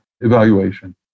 evaluation